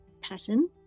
pattern